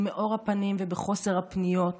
במאור הפנים ובחוסר הפניות המוחלט,